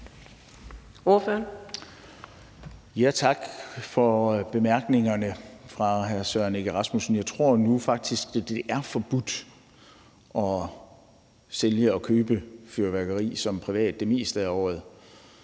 Bach (LA): Tak for bemærkningerne fra hr. Søren Egge Rasmussen. Jeg tror nu faktisk, at det er forbudt at sælge og købe fyrværkeri som privatperson det meste af året.